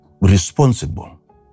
responsible